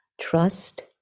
trust